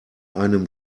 einem